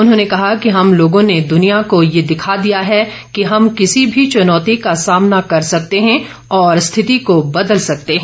उन्होंने कहा कि हम लोगों ने दुनिया को ये दिखा दिया है कि हम किसी भी चुनौती का सामना कर सकते हैं और स्थिति को बदल सकते हैं